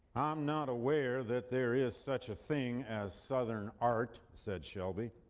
i'm not aware that there is such a thing as southern art, said shelby,